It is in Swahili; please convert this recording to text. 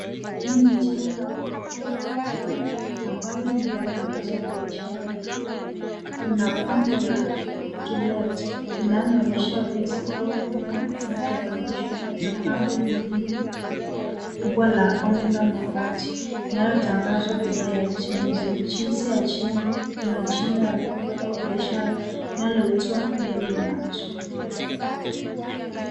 Hii jengo la ghorofa la taa ambayo lina matangazo ya biashara mbalimbali. Kuna pambo la to let linaloonyesha wizi au vyumba vinavyopangishwa na bango lingine kubwa la omega mabati linalotangazwa bidhaa ya ujenzi. Jinsi ya jengo kuna jina ya duka au biashara linaloitwa Miale Match.